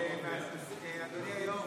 אדוני היו"ר,